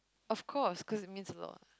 of course cause it means a lot